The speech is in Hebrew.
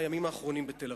ממש מהימים האחרונים בתל-אביב.